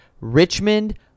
Richmond